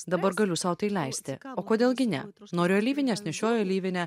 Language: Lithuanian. dabar galiu sau tai leisti o kodėl gi ne noriu alyvinės nešioju alyvinę